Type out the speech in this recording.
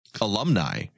alumni